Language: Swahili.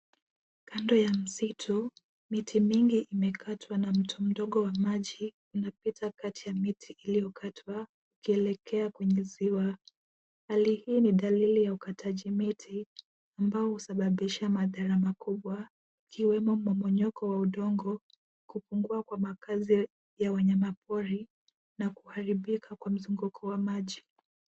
Kando ya msitu. Miti mingi imekatwa na mto mdogo wa maji inapita katika miti iliyokatwa ikielekea kwenye ziwa. Hali hii ni dalili ya ukataji miti ambao husababisha madhara makubwa ikiwemo mmomonyoko wa udongo, kupungua kwa makazi ya wanyama pori na kuharibika kwa mzunguko wa maji.